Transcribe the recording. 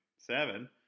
seven